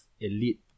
elite